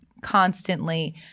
constantly